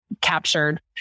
captured